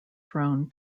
throne